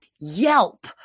Yelp